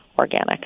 organic